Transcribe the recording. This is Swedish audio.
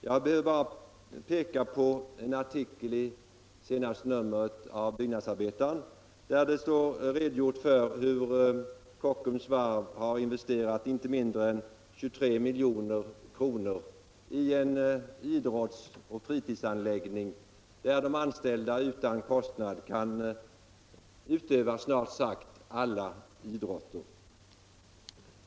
Jag behöver bara peka på en artikel i det senaste numret av Byggnadsarbetaren, som redogör för hur Kockums varv har investerat inte mindre än 23 milj.kr. i en idrottsoch fritidsanläggning, där de anställda utan kostnad kan utöva snart sagt alla idrotter.